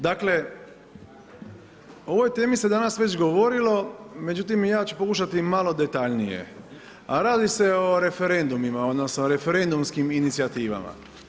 Dakle, o ovoj temi se danas već govorilo, međutim ja ću pokušati malo detaljnije, a radi se o referendumima, o referendumskim inicijativama.